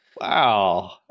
Wow